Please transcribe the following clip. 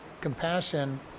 compassion